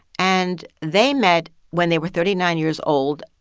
and they met when they were thirty nine years old.